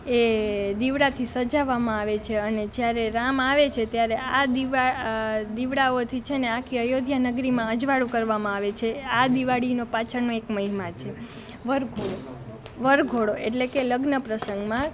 એ દીવડાથી સજાવવામાં આવે છે અને જ્યારે રામ આવે છે ત્યારે આ દીવડાઓથી છે ને આખી અયોધ્યા નગરીમાં અજવાળું કરવામાં આવે છે આ દિવાળીનો પાછળનો એક મહિમા છે વરઘોડો વરઘોડો એટલે કે લગ્ન પ્રસંગમાં